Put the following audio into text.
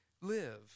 live